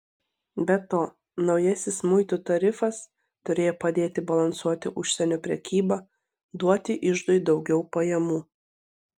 be to naujasis muitų tarifas turėjo padėti balansuoti užsienio prekybą duoti iždui daugiau pajamų